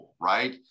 Right